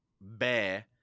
bear